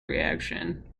reaction